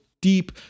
deep